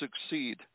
succeed